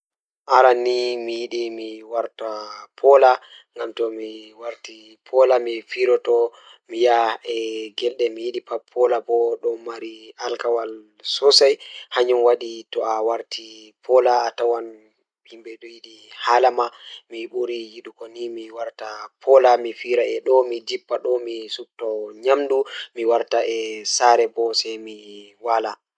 Aran ni miyiɗi mi warta poola, ngam tomi warti poola mi So mi ɗon waɗde cuucoo, mi ɗon welti ɗum mi waɗi ngam mi waɗa janngoowo, ɗuum ɗon ngam ɗum welta ɓandu ɗe seeni e leydi. Mi waɗi towɓe ɗum ngam ɗe welta e yiɓɓe nguurndam ngal.